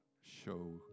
show